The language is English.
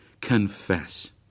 confess